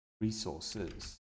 Resources